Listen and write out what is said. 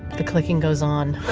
the clicking goes on.